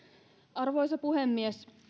arvoisa puhemies